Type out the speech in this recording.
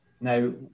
Now